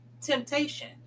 temptation